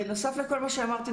בנוסף לכל מה שאמרתי,